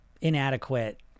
inadequate